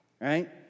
right